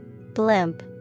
Blimp